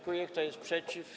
Kto jest przeciw?